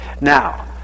Now